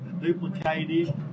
duplicated